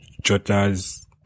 Jota's